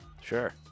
Sure